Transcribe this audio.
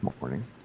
morning